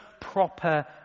proper